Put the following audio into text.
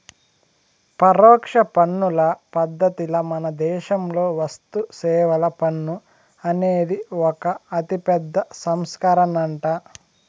పరోక్ష పన్నుల పద్ధతిల మనదేశంలో వస్తుసేవల పన్ను అనేది ఒక అతిపెద్ద సంస్కరనంట